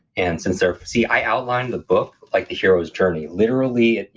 and since they're. see, i outline the book, like the hero's journey, literally,